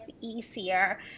easier